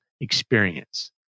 experience